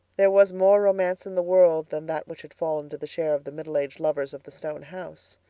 there was more romance in the world than that which had fallen to the share of the middle-aged lovers of the stone house.